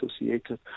associated